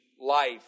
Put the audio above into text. life